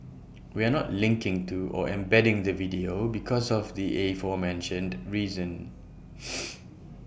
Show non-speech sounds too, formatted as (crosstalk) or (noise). we're not linking to or embedding the video because of the aforementioned reason (noise)